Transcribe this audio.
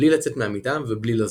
בלי לצאת מהמיטה ובלי לזוז.